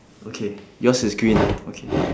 okay yours is green ah okay